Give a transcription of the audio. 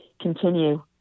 continue